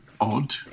odd